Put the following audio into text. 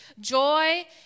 joy